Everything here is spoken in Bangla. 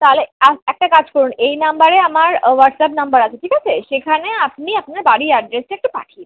তালে আর একটা কাজ করুন এই নম্বর আমার হোয়াটসঅ্যাপ নম্বর আছে ঠিক আছে সেখানে আপনি আপনার বাড়ির অ্যাড্রেসটা একটু পাঠিয়ে দিন